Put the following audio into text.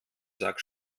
sack